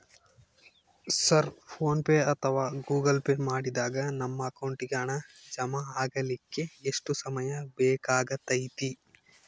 Sir PhonePe ಅಥವಾ Google Pay ಮಾಡಿದಾಗ ನಮ್ಮ ಅಕೌಂಟಿಗೆ ಹಣ ಜಮಾ ಆಗಲಿಕ್ಕೆ ಎಷ್ಟು ಸಮಯ ಬೇಕಾಗತೈತಿ?